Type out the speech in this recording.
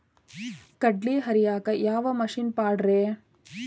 ಕಡ್ಲಿ ಹರಿಯಾಕ ಯಾವ ಮಿಷನ್ ಪಾಡ್ರೇ?